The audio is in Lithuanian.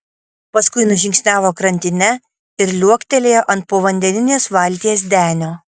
paskui nužingsniavo krantine ir liuoktelėjo ant povandeninės valties denio